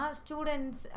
students